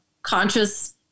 conscious